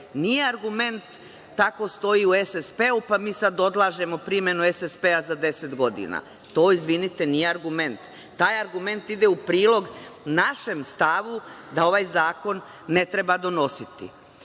Nije argument, tako stoji u SSP, pa mi sada odlažemo primenu SSP za 10 godina. Izvinite, to nije argument. Taj argument ide u prilog našem stavu da ovaj zakon ne treba donositi.